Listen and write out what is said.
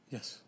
Yes